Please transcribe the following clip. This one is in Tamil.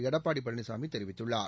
எடப்பாடி பழனிசாமி தெரிவித்துள்ளார்